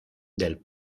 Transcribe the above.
del